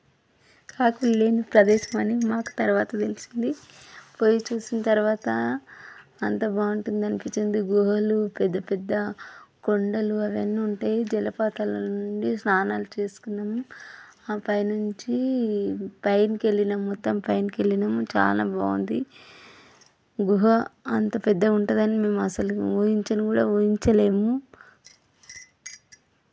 కాకులు లేని ప్రదేశమని మాకు తర్వాత తెలిసింది పోయి చూసిన తర్వాత అంత బాగుంటుంది అనిపించింది గుహలు పెద్దపెద్ద కొండలు అవన్ని ఉంటయి జలపాతాలనుండి స్నానాలు చేసుకున్నాము ఆ పైనుంచి పైనకెళ్ళినాం మొత్తం పైనకెళ్ళినాం చాలా బాగుంది గుహ అంత పెద్దగుంటుందని మేమసలు ఊహించను కూడా ఊహించలేము